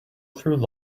through